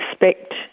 expect